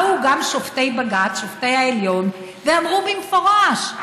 באו גם שופטי בג"ץ, שופטי העליון, ואמרו במפורש: